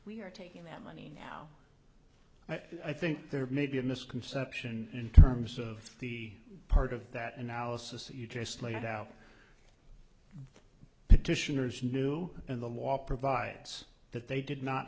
we're taking that money now i think there may be a misconception in terms of the part of that analysis that you just laid out petitioners knew and the law provides that they did not